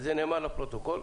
וזה נאמר לפרוטוקול,